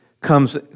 comes